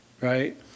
right